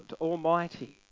Almighty